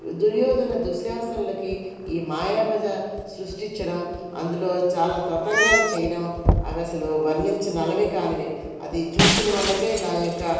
దుర్యోధన దుశ్యాసనులకి ఈ మాయాబజార్ సృష్టించడం అందులో చాల తతంగాలు చేయడం అవి అసలు వర్ణించనలవి కానివి అది చూసిన వాళ్ళకు దాని యొక్క